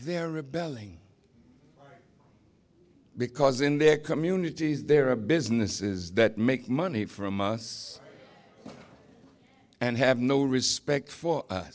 there rebelling because in their communities there are businesses that make money from us and have no respect for u